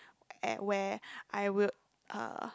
at where I would uh